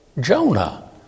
Jonah